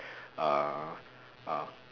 uh uh